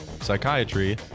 psychiatry